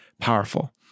powerful